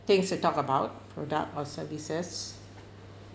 things to talk about product or services